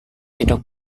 tidak